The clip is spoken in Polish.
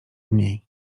mniej